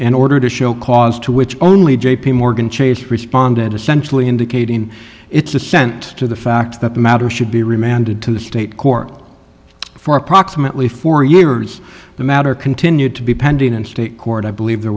an order to show cause to which only j p morgan chase responded essentially indicating its assent to the fact that the matter should be remanded to the state court for approximately four years the matter continued to be pending in state court i believe there